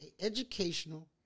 educational